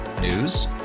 News